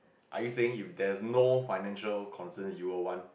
are you saying if there's no financial concerns you will want